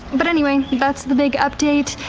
but anyway, that's the big update.